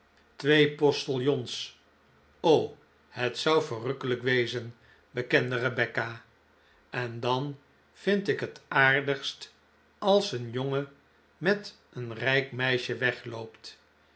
twee postiljons o het zou verrukkelijk wezen bekende rebecca en dan vind ik het aardigst als een jongen met een rijk meisje wegloopt